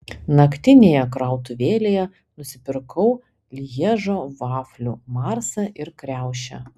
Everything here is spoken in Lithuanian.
naktinėje krautuvėlėje nusipirkau lježo vaflių marsą ir kriaušę